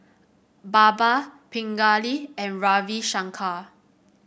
Baba Pingali and Ravi Shankar